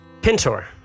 Pintor